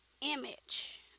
image